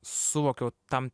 suvokiau tam